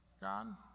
God